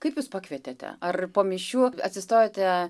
kaip jūs pakvietėte ar po mišių atsistojote